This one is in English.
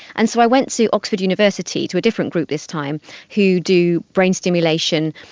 and so i went to oxford university, to a different group this time who do brain stimulation,